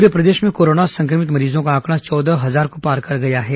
pray प्रदेश में corona संक्रमित मरीजों का आंकड़ा चौदह हजार को पार कर गया है